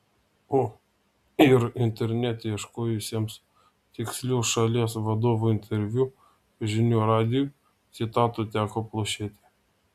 o ir internete ieškojusiems tikslių šalies vadovo interviu žinių radijui citatų teko plušėti